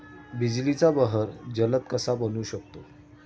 बिजलीचा बहर जलद कसा बनवू शकतो?